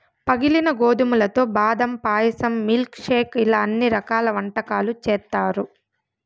పగిలిన గోధుమలతో బాదం పాయసం, మిల్క్ షేక్ ఇలా అన్ని రకాల వంటకాలు చేత్తారు